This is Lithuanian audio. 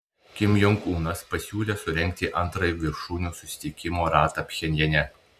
kim jong unas pasiūlė surengti antrąjį viršūnių susitikimo ratą pchenjane